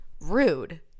rude